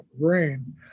brain